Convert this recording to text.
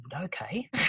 okay